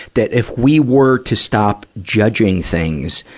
that if we were to stop judging things,